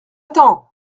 t’en